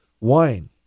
wine